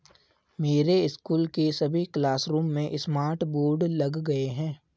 मेरे स्कूल के सभी क्लासरूम में स्मार्ट बोर्ड लग गए हैं